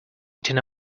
eaten